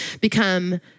become